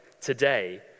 today